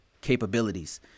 capabilities